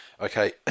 Okay